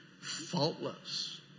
faultless